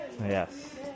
Yes